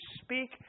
speak